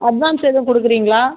advance எதுவும் கொடுக்குறீங்களா